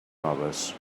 noves